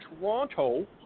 Toronto